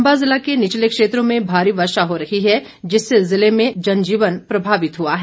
चंबा जिला के निचले क्षेत्रों में भारी वर्षा हो रही है जिससे जिले में जनजीवन प्रभावित हुआ है